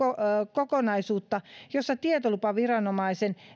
kokonaisuutta jossa tietolupaviranomaisen